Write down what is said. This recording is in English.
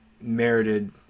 merited